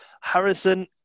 Harrison